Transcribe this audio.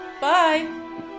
Bye